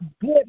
good